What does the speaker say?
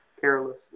Careless